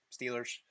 Steelers